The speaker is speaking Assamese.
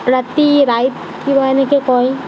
ৰাতি ৰাইত কিবা এনেকৈ কয়